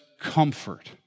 comfort